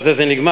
בזה זה נגמר.